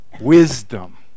Wisdom